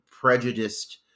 prejudiced